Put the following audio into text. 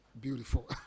beautiful